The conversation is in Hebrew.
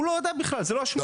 הוא לא יודע בכלל, זו לא אשמתו.